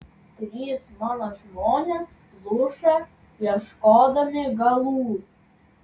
trys mano žmonės pluša ieškodami galų